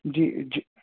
جی جی